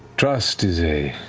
trust is a.